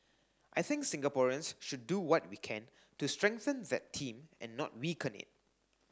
I think Singaporeans should do what we can to strengthen that team and not weaken it